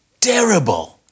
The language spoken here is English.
terrible